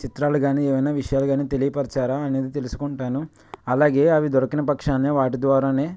చిత్రాలు కానీ ఏమైన విషయాలు కానీ తెలియపరిచారా అనేది తెలుసుకుంటాను అలాగే అవి దొరకని పక్షాన వాటి ద్వారా